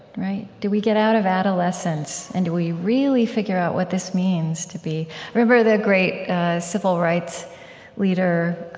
right? do we get out of adolescence? and do we really figure out what this means to be i remember the great civil rights leader